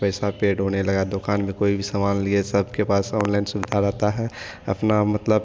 पैसा पेड़ होने लगा दुकान में कोई भी सामान लिए सबके पास ऑनलाइन सुविधा रहता है अपना मतलब